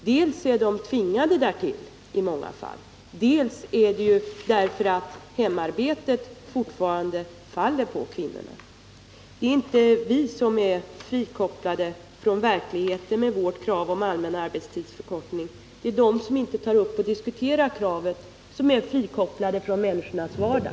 Dels är kvinnorna i många fall tvingade till detta, dels är orsaken att hemarbetet fortfarande faller på kvinnorna. Det är inte vi som med vårt krav på en allmän arbetstidsförkortning är frikopplade från verkligheten. Det är de som inte diskuterar kravet som är frikopplade från människornas vardag.